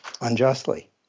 unjustly